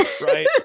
right